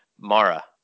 Mara